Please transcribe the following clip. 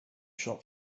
shop